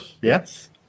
yes